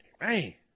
hey